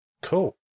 Cool